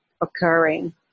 occurring